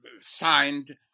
signed